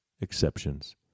exceptions